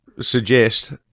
suggest